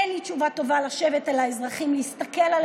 אין לי תשובה טובה להסתכל לאזרחים בעיניים.